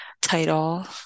title